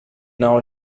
now